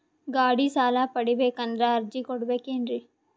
ಗಾಡಿ ಸಾಲ ಪಡಿಬೇಕಂದರ ಅರ್ಜಿ ಕೊಡಬೇಕೆನ್ರಿ?